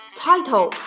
title